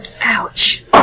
Ouch